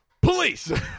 police